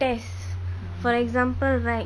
test for example like